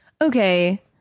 okay